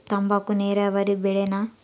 ತಂಬಾಕು ನೇರಾವರಿ ಬೆಳೆನಾ?